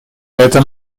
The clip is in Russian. это